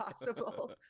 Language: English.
possible